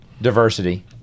Diversity